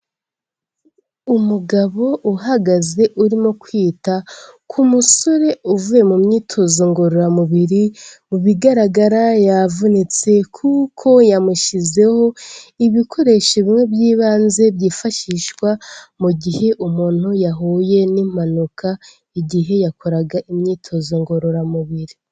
Umugabo uhagaze urimo kwita ku musore uvuye mu myitozo ngororamubiri, mu bigaragara yavunitse, kuko yamushyizeho ibikoresho bimwe by'ibanze byifashishwa mu gihe umuntu yahuye n'impanuka igihe yakoraga imyitozo ngororamubiri.